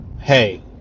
hey